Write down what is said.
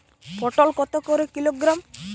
পটল কত করে কিলোগ্রাম?